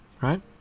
Right